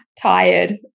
tired